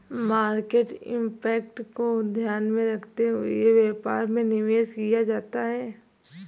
market impact को ध्यान में रखते हुए व्यापार में निवेश किया जाता है